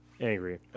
angry